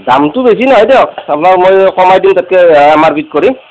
দামটো বেছি নহয় দিয়ক আপ্নাক মই কমাই দিম তাতকৈ এম আৰ পিত কৰি